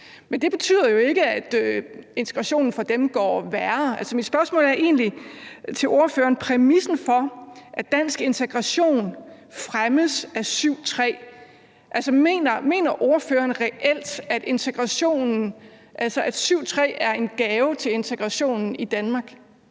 Men det betyder jo ikke, at integrationen for dem går værre. Mit spørgsmål til ordføreren er egentlig i forhold til præmissen for, at dansk integration fremmes af § 7, stk. 3. Altså, mener ordføreren reelt, at § 7, stk. 3, er en gave til integrationen i Danmark?